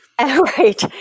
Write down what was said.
right